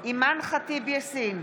אימאן ח'טיב יאסין,